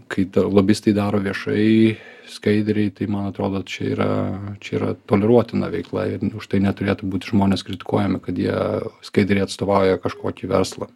kai dar lobistai daro viešai skaidriai tai man atrodo čia yra čia yra toleruotina veikla ir už tai neturėtų būt žmonės kritikuojami kad jie skaidriai atstovauja kažkokį verslą